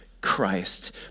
Christ